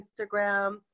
instagram